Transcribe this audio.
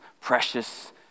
precious